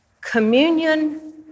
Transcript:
communion